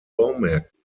baumärkten